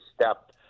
step